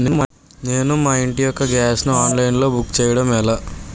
నేను మా ఇంటి యెక్క గ్యాస్ ను ఆన్లైన్ లో బుక్ చేసుకోవడం ఎలా?